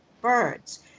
birds